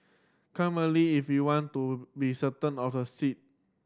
come early if you want to be certain of a seat